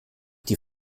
die